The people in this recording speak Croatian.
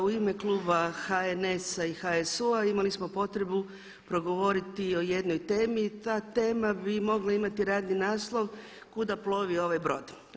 U ime kluba HNS-a i HSU-a imali smo potrebu progovoriti o jednoj temi, ta tema bi mogla imati radni naslov „Kuda plovi ovaj brod“